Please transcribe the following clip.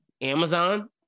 amazon